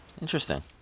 Interesting